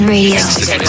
Radio